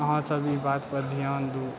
अहाँ सब ई बात पर ध्यान दिअ